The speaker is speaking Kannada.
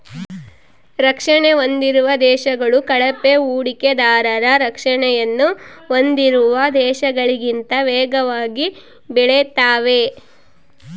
ರಕ್ಷಣೆ ಹೊಂದಿರುವ ದೇಶಗಳು ಕಳಪೆ ಹೂಡಿಕೆದಾರರ ರಕ್ಷಣೆಯನ್ನು ಹೊಂದಿರುವ ದೇಶಗಳಿಗಿಂತ ವೇಗವಾಗಿ ಬೆಳೆತಾವೆ